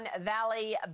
Valley